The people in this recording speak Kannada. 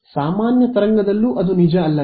ಸಾಮಾನ್ಯ ತರಂಗದಲ್ಲೂ ಅದು ನಿಜಅಲ್ಲವೇ